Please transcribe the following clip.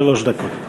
שלוש דקות.